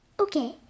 okay